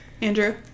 andrew